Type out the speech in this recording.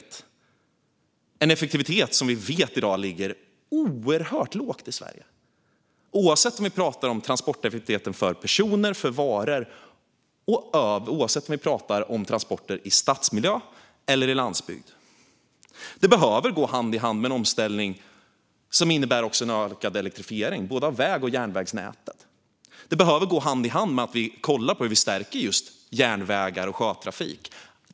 Det är en effektivitet som i dag ligger oerhört lågt i Sverige, oavsett om vi talar om transporteffektiviteten för personer och varor eller om transporter i stadsmiljö eller på landsbygd. Det behöver gå hand i hand med en omställning som innebär en ökad elektrifiering av både väg och järnvägsnätet. Det behöver gå hand i hand med att vi kollar på hur vi stärker järnvägar och sjötrafik.